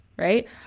right